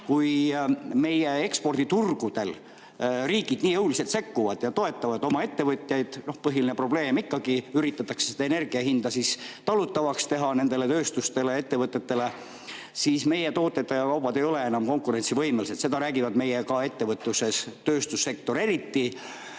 Kui meie eksporditurgudel riigid nii jõuliselt sekkuvad ja toetavad oma ettevõtjaid – põhiline probleem ikkagi on, üritatakse energiahindu talutavaks teha oma tööstustele, ettevõtetele –, siis meie tooted ja kaubad ei ole enam konkurentsivõimelised. Seda räägib meie ettevõtluses tööstussektor